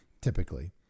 typically